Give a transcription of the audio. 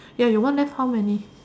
ya your one left how many